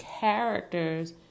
characters